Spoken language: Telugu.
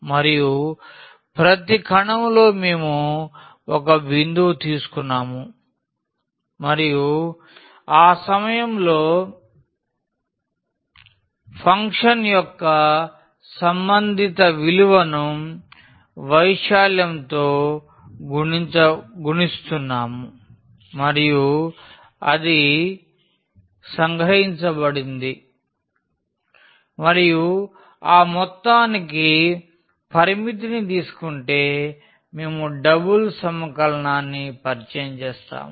మరియు ప్రతి కణంలో మేము ఒక బిందువు తీసుకున్నాము మరియు ఆ సమయంలో ఫంక్షన్ యొక్క సంబంధిత విలువను వైశాల్యంతో గుణించబడుతుంది మరియు అది సంగ్రహించబడింది మరియు ఆ మొత్తానికి పరిమితిని తీసుకుంటే మేము డబుల్ సమకలనాన్ని పరిచయం చేస్తాము